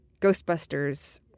Ghostbusters